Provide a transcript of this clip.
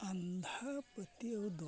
ᱟᱫᱷᱟ ᱯᱟᱹᱛᱭᱟᱹᱣ ᱫᱚ